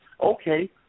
okay